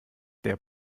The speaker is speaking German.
der